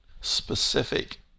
specific